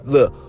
Look